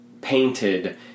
painted